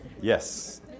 Yes